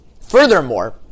Furthermore